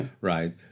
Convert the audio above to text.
right